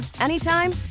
anytime